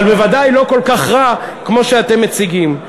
אבל בוודאי לא כל כך רע כמו שאתם מציגים.